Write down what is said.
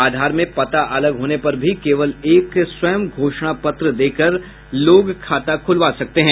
आधार में पता अलग होने पर भी केवल एक स्वयं घोषणा पत्र देकर लोग खाता खुलवा सकते हैं